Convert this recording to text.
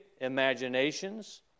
imaginations